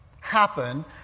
happen